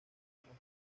buenos